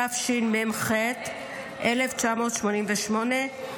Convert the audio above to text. התשמ"ח 1988,